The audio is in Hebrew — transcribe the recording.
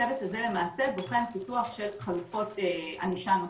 הצוות הזה למעשה בוחן פיתוח של חלופות ענישה נוספות,